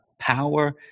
power